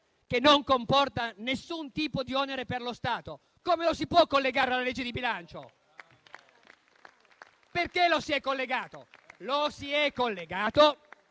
che non comporta nessun tipo di onere per lo Stato, come lo si può collegare alla legge di bilancio? Lo si è collegato